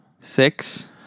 Six